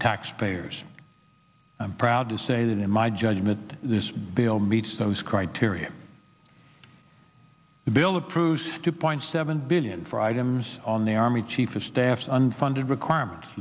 taxpayers i'm proud to say that in my judgment this bill meets those criteria the bill of proust's two point seven billion for items on the army chief of staff unfunded requirement